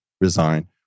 resign